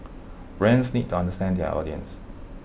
brands need to understand their audience